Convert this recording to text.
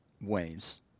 ways